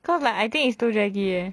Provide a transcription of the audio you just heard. cause like I think is too draggy